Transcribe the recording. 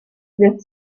wird